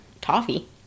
toffee